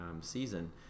season